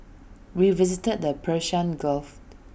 we visited the Persian gulf